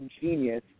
genius